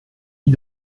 lit